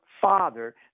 father